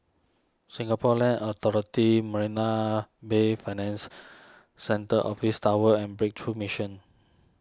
Singapore Land Authority Marina Bay Finans Centre Office Tower and Breakthrough Mission